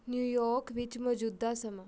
new York ਵਿੱਚ ਮੌਜੂਦਾ ਸਮਾਂ